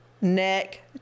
neck